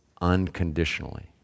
unconditionally